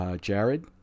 Jared